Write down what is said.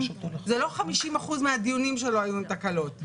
זה לא 50% מהדיונים שלו היו עם תקלות.